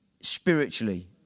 spiritually